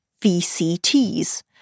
VCTs